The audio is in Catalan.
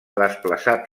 desplaçat